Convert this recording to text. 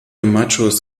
machos